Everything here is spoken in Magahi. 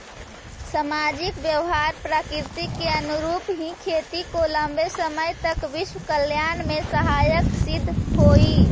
सामाजिक व्यवहार प्रकृति के अनुरूप ही खेती को लंबे समय तक विश्व कल्याण में सहायक सिद्ध होई